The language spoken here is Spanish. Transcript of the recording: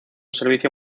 servicio